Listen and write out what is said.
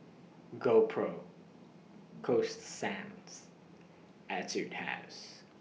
GoPro Coasta Sands Etude House